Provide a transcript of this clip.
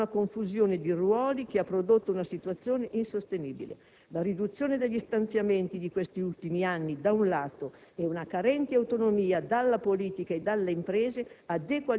infatti, una confusione di ruoli che ha prodotto una situazione insostenibile: la riduzione degli stanziamenti di questi ultimi anni, da un lato, e una carente autonomia dalla politica e dalle imprese,